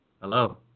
Hello